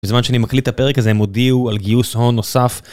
בזמן שאני מקליט הפרק הזה הם הודיעו על גיוס הון נוסף.